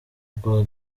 rwa